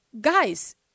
guys